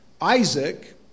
Isaac